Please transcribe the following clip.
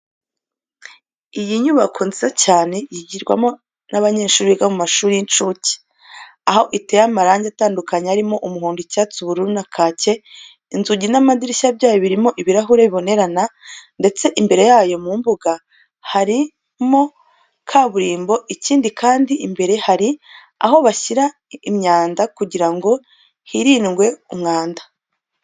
Ni inyubako nziza cyane yigirwamo n'abanyeshuri biga mu mashuri y'incuke, aho iteye amarange atandukanye arimo umuhondo, icyatsi, ubururu, na kake. Inzugi n'amadirishya byayo birimo ibirahure bibonerana ndetse imbere yayo mu mbuga harimo kaburimbo. Ikindi kandi, imbere hari aho bashyira imyanda kugira ngo hirindwe umwanda.